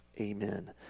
Amen